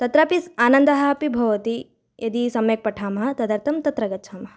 तत्रापि सः आनन्दः अपि भवति यदि सम्यक् पठामः तदर्थं तत्र गच्छामः